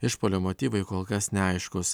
išpuolio motyvai kol kas neaiškūs